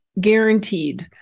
guaranteed